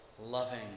loving